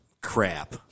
crap